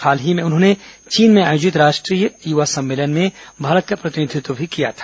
हाल ही में उन्होंने चीन में आयोजित अंतर्राष्ट्रीय युवा सम्मेलन में भारत का प्रतिनिधित्व भी किया था